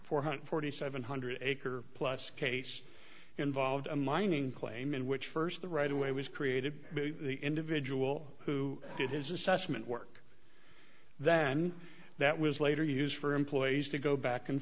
four hundred forty seven hundred acre plus case involved a mining claim in which first the right away was created by the individual who did his assessment work then that was later used for employees to go back and